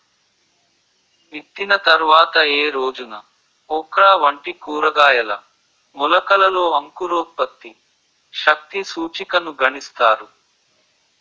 విత్తిన తర్వాత ఏ రోజున ఓక్రా వంటి కూరగాయల మొలకలలో అంకురోత్పత్తి శక్తి సూచికను గణిస్తారు?